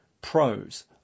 pros